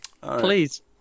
Please